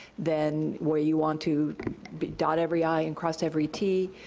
then where you want to but dot every i and cross every t,